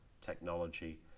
technology